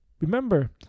Remember